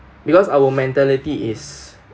because our mentality is